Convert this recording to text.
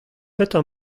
petra